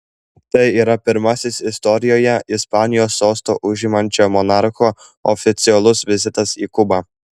tai yra pirmasis istorijoje ispanijos sostą užimančio monarcho oficialus vizitas į kubą